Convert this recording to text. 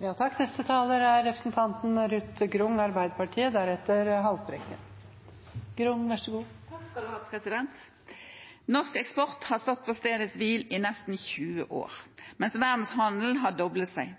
Norsk eksport har stått på stedet hvil i nesten 20 år mens verdenshandelen har doblet seg.